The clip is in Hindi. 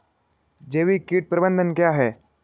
जैविक कीट प्रबंधन क्या है?